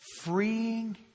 freeing